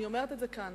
אני אומרת את זה כאן,